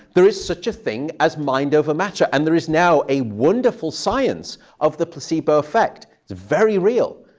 there is such a thing as mind over matter. and there is now a wonderful science of the placebo effect. it's very real.